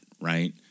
right